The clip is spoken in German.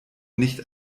nicht